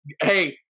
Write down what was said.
Hey